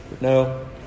No